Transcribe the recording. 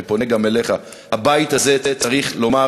אני פונה גם אליך: הבית הזה צריך לומר